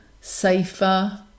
safer